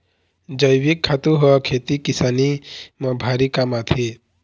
जइविक खातू ह खेती किसानी म भारी काम आथे